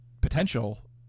potential